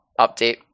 update